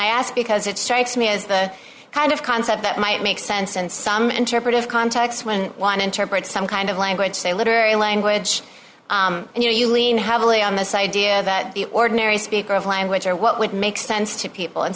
i ask because it strikes me as the kind of concept that might make sense in some interpretive context when one interprets some kind of language say literary language and you know you lean heavily on this idea that the ordinary speaker of language or what would make sense to people and